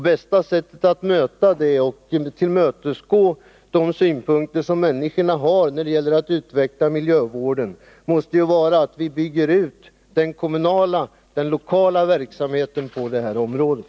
Bästa sättet att möta det och tillmötesgå de synpunkter som människorna har när det gäller att utveckla miljövården måste vara att bygga ut den lokala, dvs. den kommunala, verksamheten på det här området.